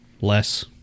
less